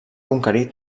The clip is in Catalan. conquerir